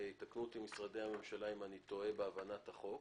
יתקנו אותי משרדי הממשלה אם אני טועה בהבנת החוק